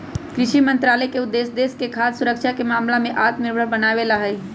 कृषि मंत्रालय के उद्देश्य देश के खाद्य सुरक्षा के मामला में आत्मनिर्भर बनावे ला हई